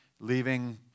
leaving